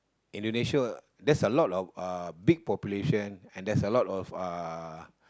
Indonesia there's a lot of uh big population and there's a lot of uh